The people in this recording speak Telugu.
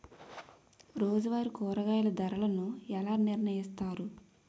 రోజువారి కూరగాయల ధరలను ఎలా నిర్ణయిస్తారు?